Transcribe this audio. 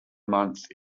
month